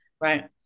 Right